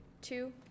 two